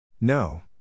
No